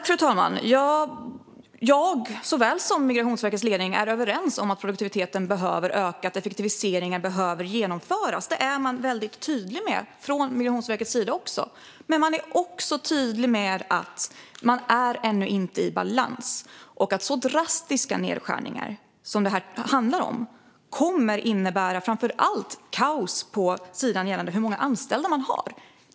Fru talman! Jag och Migrationsverkets ledning är överens om att produktiviteten behöver öka och att effektiviseringar behöver genomföras. Detta är man väldigt tydlig med även från Migrationsverket. Man är även tydlig med att man ännu inte är i balans. Så drastiska nedskärningar som detta handlar om kommer att innebära kaos när det gäller hur många anställda man har.